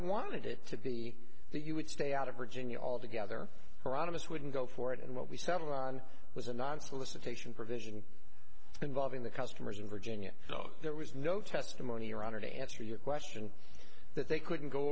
wanted it to be that you would stay out of virginia altogether or honest wouldn't go for it and what we settled on was a non solicitation provision involving the customers in virginia so there was no testimony your honor to answer your question that they couldn't go